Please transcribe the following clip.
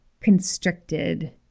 constricted